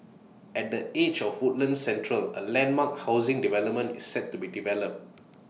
at the edge of Woodlands central A landmark housing development is set to be developed